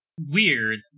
weird